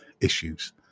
issues